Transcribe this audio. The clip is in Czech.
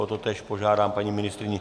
O totéž požádám paní ministryni.